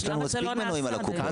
יש לנו מספיק מנויים על הקופות.